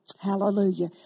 Hallelujah